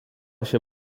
się